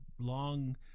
long